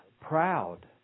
proud